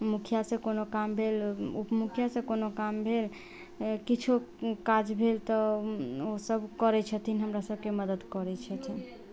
मुखिआसँ कोनो काम भेल उप मुखिआसँ कोनो काम भेल किछौ काज भेल तऽ ओसभ करै छथिन हमरा सभके मदद करै छथिन